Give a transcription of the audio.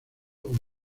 una